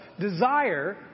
desire